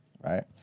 right